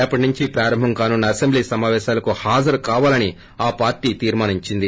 రేపటి నుంచి ప్రారంభం కానున్న అసెంబ్లీ సమాపేశాలకు హాజరు కావాలని ఆ పార్టీ నిర్ణయించింది